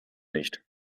nicht